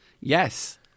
Yes